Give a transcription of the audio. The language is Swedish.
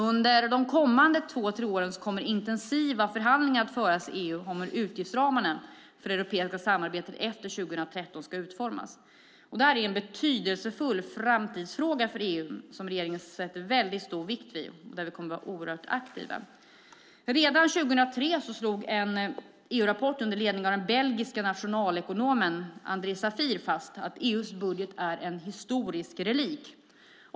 Under de kommande två tre åren kommer intensiva förhandlingar att föras i EU om hur utgiftsramarna för det europeiska samarbetet efter 2013 ska utformas. Det är en betydelsefull framtidsfråga för EU som regeringen fäster stor vikt vid och där vi kommer att vara oerhört aktiva. Redan 2003 slog en EU-rapport under ledning av den belgiske nationalekonomen André Sapir fast att EU:s budget är en historisk relik.